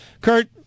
Kurt